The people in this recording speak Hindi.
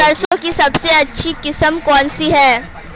सरसों की सबसे अच्छी किस्म कौन सी है?